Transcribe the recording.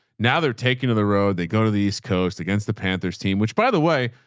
now they're taking to the road. they go to the east coast against the panthers team, which by the way,